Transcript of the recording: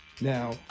Now